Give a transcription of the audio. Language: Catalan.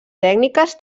tècniques